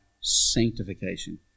sanctification